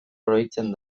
oroitzen